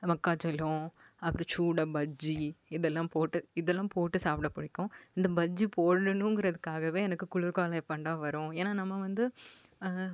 மக்காச்சோளம் அப்புறம் சூடாக பஜ்ஜி இதெல்லாம் போட்டு இதெல்லாம் போட்டு சாப்பிட பிடிக்கும் இந்த பஜ்ஜி போடணுங்கிறதுக்காகவே எனக்கு குளிர்காலம் எப்பன்டா வரும் ஏன்னா நம்ம வந்து